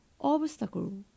obstacle